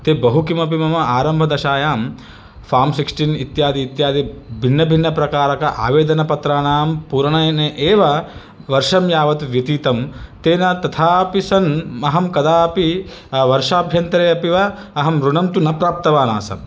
ते बहु किमपि मम आरम्भदशायाम् फ़ार्म् सिक्स्टीन् इत्यादि इत्यादि भिन्नभिन्नप्रकारक अवेदनपत्रानां पूरणेन एव वर्षं यावत् व्यतीतं तेन तथापि सन् अहं कदापि वर्षाभ्यन्तरे अपि वा अहम् ऋणं न प्राप्तवान् आसम्